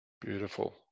Beautiful